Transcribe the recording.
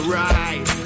right